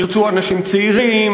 שירצו אנשים צעירים,